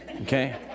Okay